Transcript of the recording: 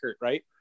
right